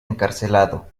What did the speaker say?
encarcelado